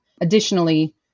Additionally